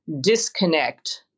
disconnect